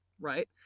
right